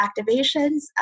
activations